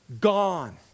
gone